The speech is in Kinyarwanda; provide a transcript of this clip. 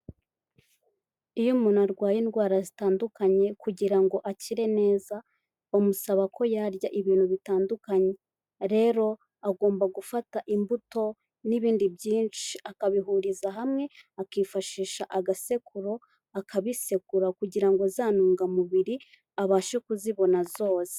Iyo umuntu arwaye indwara zitandukanye kugira ngo akire neza bamusaba ko yarya ibintu bitandukanye, rero agomba gufata imbuto n'ibindi byinshi akabihuriza hamwe, akifashisha agasekururo akabisekura kugira ngo za ntungamubiri abashe kuzibona zose.